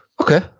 Okay